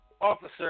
officer